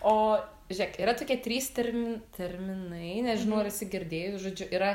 o žėk yra tokie trys termi terminai nežinau ar esi girdėjus žodžiu yra